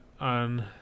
on